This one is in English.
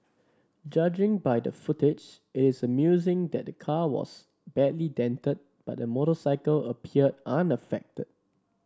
judging by the footage it is amusing that the car was badly dented but the motorcycle appeared unaffected